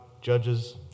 judges